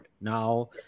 Now